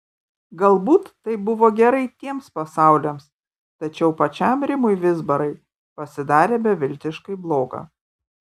galbūt tai buvo gerai tiems pasauliams tačiau pačiam rimui vizbarai pasidarė beviltiškai bloga